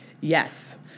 Yes